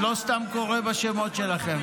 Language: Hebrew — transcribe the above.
אני לא סתם קורא בשמות שלכם.